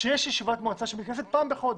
כשיש ישיבת מועצה שמתכנסת פעם בחודש,